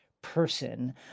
Person